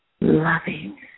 Loving